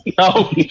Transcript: no